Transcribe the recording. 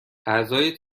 اعضای